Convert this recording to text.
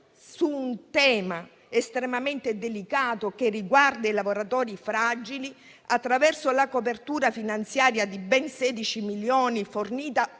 su un tema estremamente delicato che riguarda i lavoratori fragili - attraverso la copertura finanziaria di ben 16 milioni fornita,